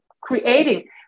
creating